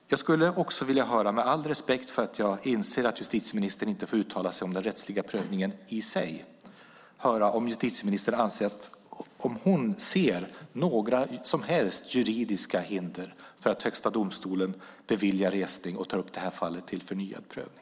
Med all respekt för att jag inser att justitieministern inte får uttala sig om den rättsliga prövningen i sig vill jag höra om justitieministern ser några som helst juridiska hinder för att Högsta domstolen beviljar resning och tar upp fallet till förnyad prövning.